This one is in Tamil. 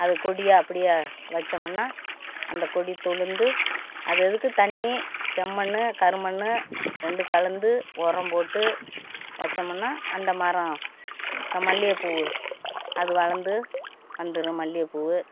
அது கொடியா அப்படியே வச்சோம்முன்னா அந்த கொடி துலுந்து அது அதுக்கு தண்ணி செம்மண்ணு கரு மண்ணு ரெண்டும் கலந்து உரம் போட்டு வச்சோம்முனா அந்த மரம் ஸி மல்லிகைப்பூவு அது வளர்ந்து வந்துடும் மல்லிகைப்பூவு